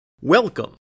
Welcome